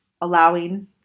Allowing